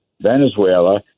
Venezuela